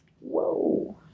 Whoa